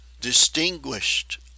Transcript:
distinguished